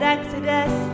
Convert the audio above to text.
Exodus